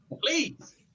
Please